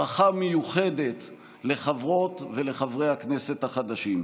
ברכה מיוחדת לחברות ולחברי הכנסת החדשים.